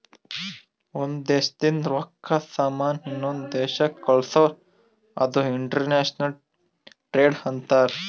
ಒಂದ್ ದೇಶದಿಂದ್ ರೊಕ್ಕಾ, ಸಾಮಾನ್ ಇನ್ನೊಂದು ದೇಶಕ್ ಕಳ್ಸುರ್ ಅದು ಇಂಟರ್ನ್ಯಾಷನಲ್ ಟ್ರೇಡ್ ಅಂತಾರ್